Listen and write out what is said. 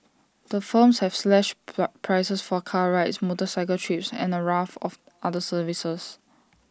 the firms have slashed prices for car rides motorcycle trips and A raft of other services